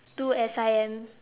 do as I am